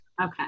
Okay